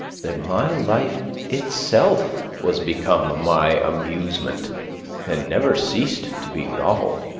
that my life itself was become my amusement and never ceased to be novel.